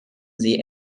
sie